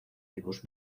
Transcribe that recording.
vivos